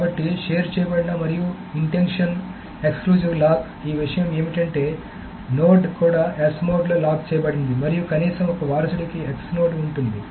కాబట్టి షేర్ చేయబడిన మరియు ఇంటెన్షన్ ఎక్సక్లూజివ్ లాక్ ఈ విషయం ఏమిటంటే నోడ్ కూడా S మోడ్లో లాక్ చేయబడింది మరియు కనీసం ఒక వారసుడికి X నోడ్ ఉంటుంది